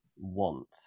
want